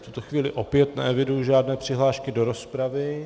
V tuto chvíli opět neeviduji žádné přihlášky do rozpravy.